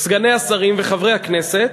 סגני השרים וחברי הכנסת,